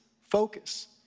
focus